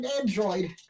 Android